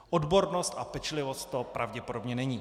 Odbornost a pečlivost to pravděpodobně není.